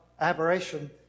aberration